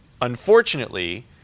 Unfortunately